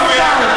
על המפכ"ל.